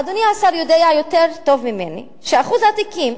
אדוני השר יודע יותר טוב ממני שאחוז התיקים